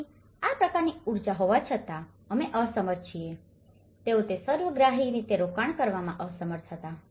તેથી આ પ્રકારની ઉર્જા હોવા છતાં અમે અસમર્થ છીએ તેઓ તે સર્વગ્રાહી રીતે રોકાણ કરવામાં અસમર્થ હતા